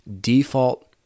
default